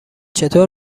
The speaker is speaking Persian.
چطور